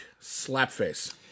Slapface